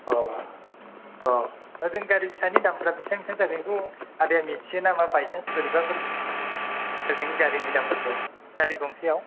औ औ हजों गारि फिसानि दामफ्रा बिसिबां बिसिबां जागोन बेखौ आदाया मोनथियो नामा बाइसान्स बोरैबाफोर हजोंनि गारिनि दामफोरखौ गारि गंसेआव